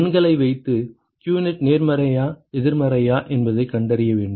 எண்களை வைத்து qnet நேர்மறையா எதிர்மறையா என்பதைக் கண்டறிய வேண்டும்